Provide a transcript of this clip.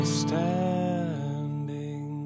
standing